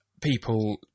people